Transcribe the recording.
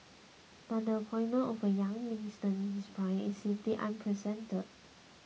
but the appointment of a young Minister in his prime is simply unprecedented